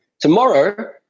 Tomorrow